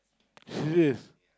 serious